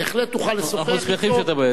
בהחלט תוכל לשוחח אתו, אנחנו שמחים שאתה ביציע.